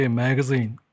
magazine